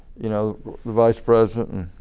you know the vice president.